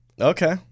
Okay